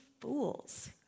fools